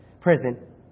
prison